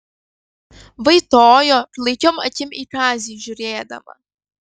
vaitojo klaikiom akim į kazį žiūrėdama